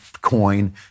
coin